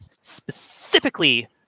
specifically